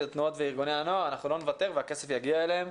תנועות וארגוני הנוער אנחנו לא נוותר והכסף יגיע אליהם